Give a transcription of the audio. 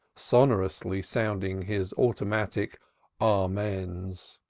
sonorously sounding his automatic amens.